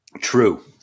True